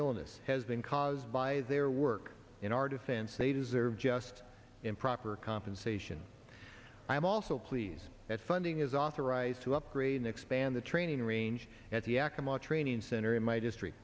illness has been caused by their work in our defense they deserve just in proper compensation i'm also pleased that funding is authorized to upgrade and expand the training range at the aca much training center in my district